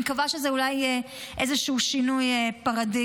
אני מקווה שזה אולי איזשהו שינוי פרדיגמה.